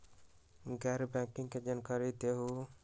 गैर बैंकिंग के जानकारी दिहूँ?